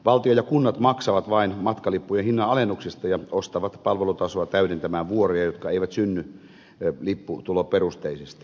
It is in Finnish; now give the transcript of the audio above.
valtio ja kunnat maksavat vain matkalippujen hinnan alennuksesta ja ostavat palvelutasoa täydentämään vuoroja jotka eivät synny lipputuloperusteisesti